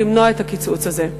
למנוע את הקיצוץ הזה?